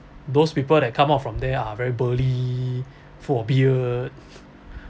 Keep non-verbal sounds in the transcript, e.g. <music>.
those people that come out from there are very burly full of beard <laughs>